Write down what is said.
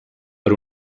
per